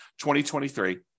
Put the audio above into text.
2023